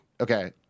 Okay